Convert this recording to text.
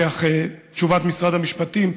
כך תשובת משרד המשפטים,